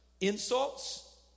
Insults